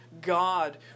God